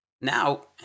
Now